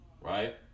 Right